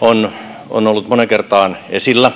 on on ollut moneen kertaan esillä